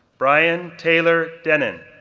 brian taylor dennin,